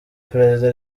perezida